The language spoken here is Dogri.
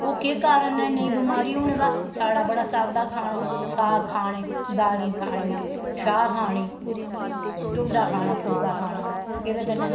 ओह् केह् कारण ऐ नेईं बमारी होने दा साढ़ा बड़ा साद्दा खाना साग खाने दालीं खानियां छाह् खानी ढोड्डा खाना फुलका खाना एह्दे कन्नै